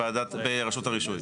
ברשות הרישוי.